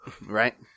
Right